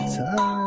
time